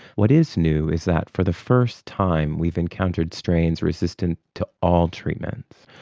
what is new is that for the first time we've encountered strains resistant to all treatments.